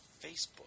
Facebook